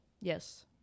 Yes